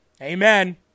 Amen